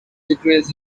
degrees